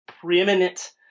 preeminent